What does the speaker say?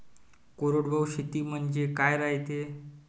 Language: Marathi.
कोरडवाहू शेती म्हनजे का रायते?